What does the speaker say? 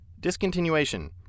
Discontinuation